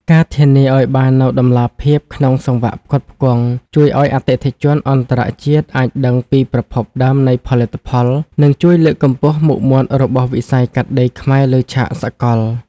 ការធានាឱ្យបាននូវតម្លាភាពក្នុងសង្វាក់ផ្គត់ផ្គង់ ជួយឱ្យអតិថិជនអន្តរជាតិអាចដឹងពីប្រភពដើមនៃផលិតផល និងជួយលើកកម្ពស់មុខមាត់របស់វិស័យកាត់ដេរខ្មែរលើឆាកសកល។